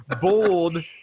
bold